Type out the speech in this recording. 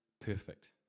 Perfect